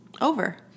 over